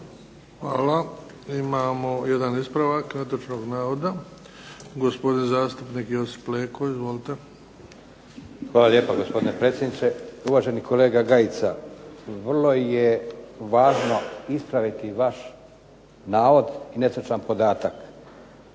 Hvala. Imamo jedan ispravak netočnog navoda. Gospodin zastupnik Josip Leko, izvolite. **Leko, Josip (SDP)** Hvala lijepo, gospodine predsjedniče. Uvaženi kolega Gajica, vrlo je važno ispraviti vaš navod i netočan podatak.